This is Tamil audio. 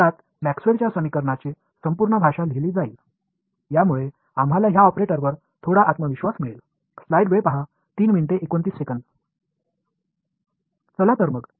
இவை மேக்ஸ்வெல்லின் Maxwell's சமன்பாடுகளில் எழுத பயன்படும் சிலவகையான நட்ஸ் மற்றும் போல்ட்கள் ஆகும் எனவே இது இந்த ஆபரேட்டர்கள் மீது எங்களுக்கு கொஞ்சம் நம்பிக்கையைத் தருகிறது